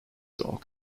dog